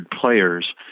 players